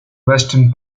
western